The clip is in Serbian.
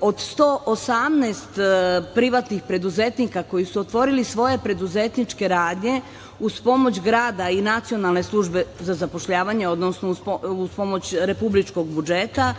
od 118 privatnih preduzetnika koji su otvorili svoje preduzetničke radnje uz pomoć grada i Nacionalne službe za zapošljavanje, odnosno uz pomoć republičkog budžeta,